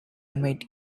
might